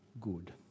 good